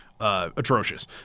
atrocious